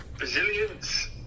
Resilience